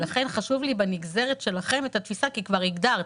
לכן חשוב לי בנגזרת שלכם לדעת את התפיסה כי כבר הגדרת.